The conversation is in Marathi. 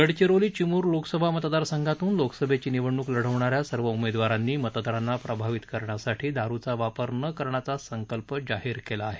गडचिरोली चिमूर लोकसभा मतदारसंघातून लोकसभेची निवडणूक लढविणाऱ्या सर्व उमेदवारांनी मतदारांना प्रभावित करण्यासाठी दारूचा वापर न करण्याचा संकल्प जाहीर केला आहे